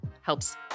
helps